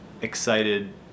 excited